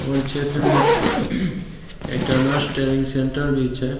हमर क्षेत्रमे एकटा नर्स ट्रेनिङ्ग सेन्टर भी छै